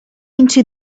into